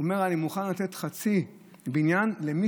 הוא אומר: אני מוכן לתת חצי בניין למי